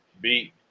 beat